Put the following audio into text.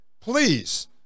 Please